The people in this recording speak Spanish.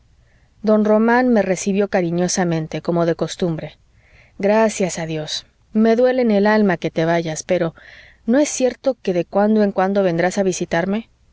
don román me recibió cariñosamente como de costumbre gracias a dios me duele en el alma que te vayas pero no es cierto que de cuando en cuando vendrás a visitarme